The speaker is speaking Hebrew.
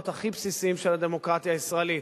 הכי בסיסיים של הדמוקרטיה הישראלית,